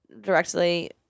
directly